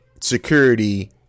security